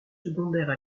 secondaires